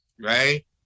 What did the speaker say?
Right